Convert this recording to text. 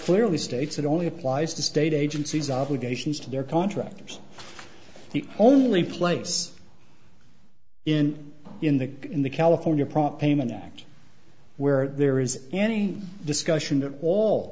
clearly states it only applies to state agencies obligations to their contractors the only place in in the in the california prop a man act where there is any discussion at all